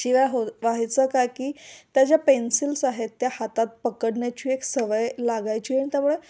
शिवाय हो व्हायचं काय की त्या ज्या पेन्सिल्स आहेत त्या हातात पकडण्याची एक सवय लागायची आणि त्यामुळे